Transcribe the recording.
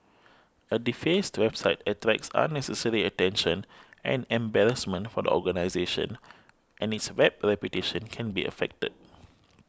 a defaced website attracts unnecessary attention and embarrassment for the organisation and its Web reputation can be affected